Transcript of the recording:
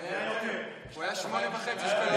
הוא היה יותר, הוא היה 8.5 שקלים.